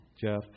Jeff